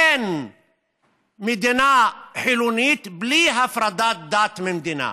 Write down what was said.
אין מדינה חילונית בלי הפרדת הדת ממדינה.